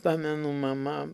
pamenu mama